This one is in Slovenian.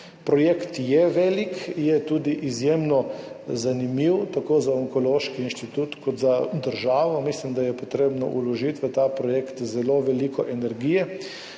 Projekt je velik, je tudi izjemno zanimiv tako za Onkološki inštitut kot za državo. Mislim, da je potrebno vložiti v ta projekt zelo veliko energije,